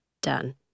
done